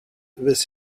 with